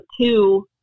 two